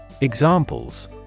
Examples